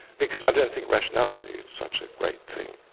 because i don't think rationality is such a great thing,